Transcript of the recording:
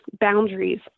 boundaries